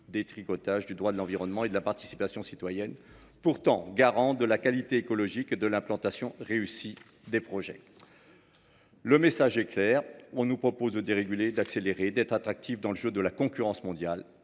de détricotage du droit de l’environnement et de la participation citoyenne, pourtant garants de la qualité écologique et de l’implantation réussie des projets. Le message est clair : on nous propose de déréguler, d’accélérer, d’être attractifs dans le jeu de la concurrence mondiale,